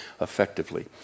effectively